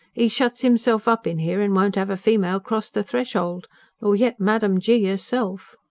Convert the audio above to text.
he shuts himself up in here, and won't have a female cross the threshold nor yet madam g. herself.